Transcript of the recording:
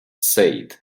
said